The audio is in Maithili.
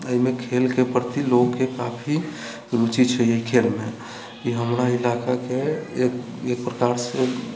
एहिमे खेलके प्रति लोककेँ काफी रुचि छै ई खेलमे ई हमरा इलाकाके एक प्रकार से